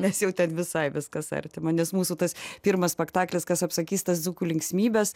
nes jau ten visai viskas artima nes mūsų tas pirmas spektaklis kas apsakys tas dzūkų linksmybes